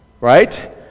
Right